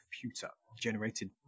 computer-generated